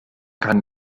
kann